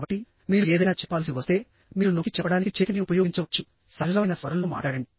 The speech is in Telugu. కాబట్టి మీరు ఏదైనా చెప్పాల్సి వస్తే మీరు నొక్కి చెప్పడానికి చేతిని ఉపయోగించవచ్చు సహజమైన స్వరంలో మాట్లాడండి